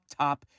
top